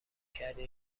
کردی